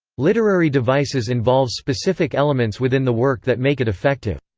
literary devices involves specific elements within the work that make it effective.